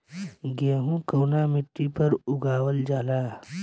गेहूं कवना मिट्टी पर उगावल जाला?